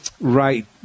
right